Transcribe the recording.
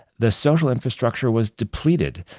the social infrastructure was depleted.